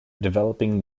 developing